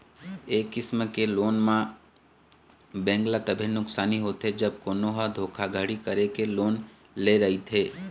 ए किसम के लोन म बेंक ल तभे नुकसानी होथे जब कोनो ह धोखाघड़ी करके लोन ले रहिथे